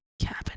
Cabin